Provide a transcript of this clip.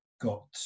got